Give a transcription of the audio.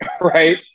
Right